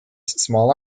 small